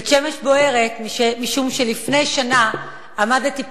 בית-שמש בוערת משום, לפני שנה עמדתי פה,